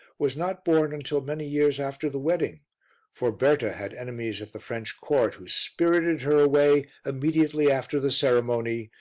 was not born until many years after the wedding for berta had enemies at the french court who spirited her away immediately after the ceremony,